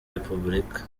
repubulika